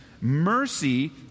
mercy